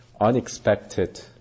unexpected